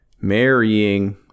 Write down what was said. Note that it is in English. marrying